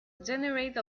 generate